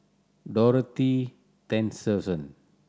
Dorothy Tessensohn